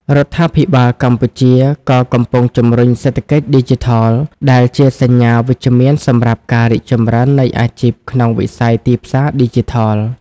រដ្ឋាភិបាលកម្ពុជាក៏កំពុងជំរុញសេដ្ឋកិច្ចឌីជីថល ដែលជាសញ្ញាវិជ្ជមានសម្រាប់ការរីកចម្រើននៃអាជីពក្នុងវិស័យទីផ្សារឌីជីថល។